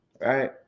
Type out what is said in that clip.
right